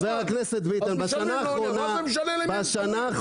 מה זה משנה למי?